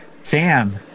Sam